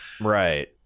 right